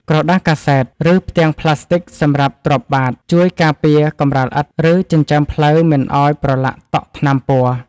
ក្រដាសកាសែត ឬផ្ទាំងប្លាស្ទិកសម្រាប់ទ្រាប់បាត ជួយការពារកម្រាលឥដ្ឋ ឬចិញ្ចើមផ្លូវមិនឱ្យប្រឡាក់តក់ថ្នាំពណ៌។